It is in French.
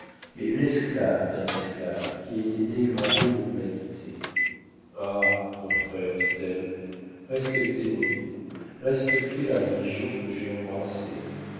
mais l'esclave d'un esclave qui a été dégradé de l'humanité ah mon frère dit-elle respectez mon époux respectez la religion que j'ai embrassée